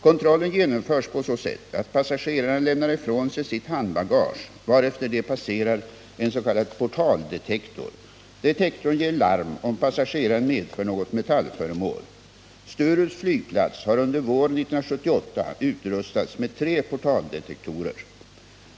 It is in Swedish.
Kontrollen genomförs på så sätt att passagerarna lämnar ifrån sig sitt handbagage varefter de passerar en s.k. portaldetektor. Detektorn ger larm om passageraren medför något metallföremål. Sturups flygplats har under våren 1978 utrustats med tre portaldetektorer.